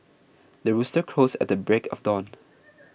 the rooster crows at the break of dawn